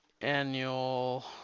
Annual